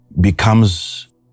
becomes